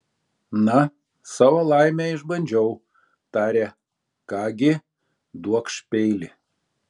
na savo laimę išbandžiau tarė ką gi duokš peilį